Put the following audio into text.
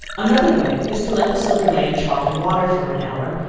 another way is to let the silver lay in chalk and water for an hour,